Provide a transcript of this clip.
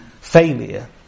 failure